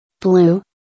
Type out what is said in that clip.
Blue